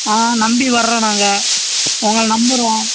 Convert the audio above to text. ஆ நம்பி வரோம் நாங்கள் உங்களை நம்புறோம்